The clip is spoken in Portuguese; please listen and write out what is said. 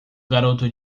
garoto